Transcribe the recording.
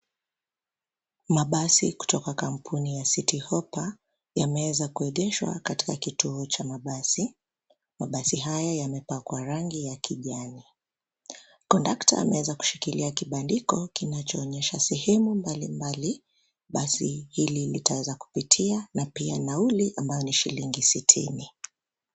Mabasi kutoka kampuni ya City Hoppa yameweza kuegeshwa katika kituo cha mabasi. Mabasi haya yamepakwa rangi ya kijani. Kondakta ameweza kushikilia kibandiko kinachoonyesha sehemu mbalimbali basi hili litaweza kupitia na pia nauli ambayo ni shilingi sitini.